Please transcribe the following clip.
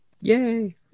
Yay